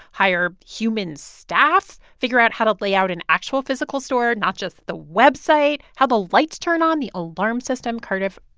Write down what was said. hire human staff, figure out how to lay out an actual physical store, not just the website, how the lights turn on, the alarm system. cardiff,